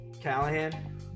Callahan